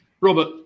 Robert